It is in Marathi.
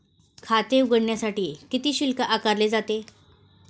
खाते उघडण्यासाठी किती शुल्क आकारले जाते?